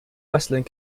westland